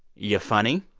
you're funny,